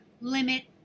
limit